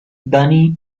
dani